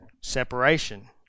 separation